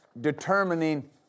determining